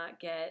get